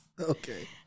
Okay